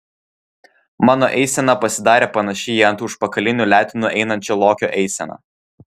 mano eisena pasidarė panaši į ant užpakalinių letenų einančio lokio eiseną